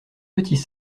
petits